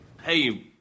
Hey